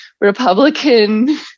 Republican